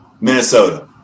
Minnesota